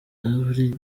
buri